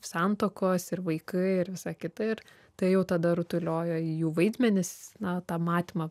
santuokos ir vaikai ir visa kita ir tai jau tada rutuliojo į jų vaidmenis na tą matymą